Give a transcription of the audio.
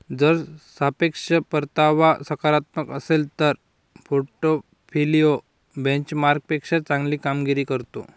जर सापेक्ष परतावा सकारात्मक असेल तर पोर्टफोलिओ बेंचमार्कपेक्षा चांगली कामगिरी करतो